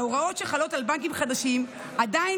ההוראות שחלות על בנקים חדשים עדיין